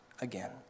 again